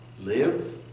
live